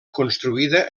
construïda